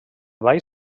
ball